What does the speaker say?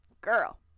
Girl